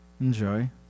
enjoy